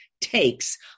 takes